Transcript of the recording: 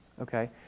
okay